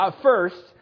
First